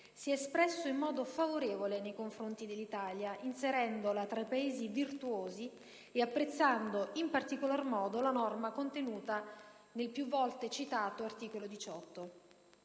si è espresso in modo favorevole nei confronti dell'Italia, inserendola tra i Paesi virtuosi e apprezzando, in particolar modo, la norma contenuta nel più volte citato articolo 18.